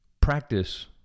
practice